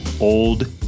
old